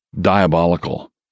diabolical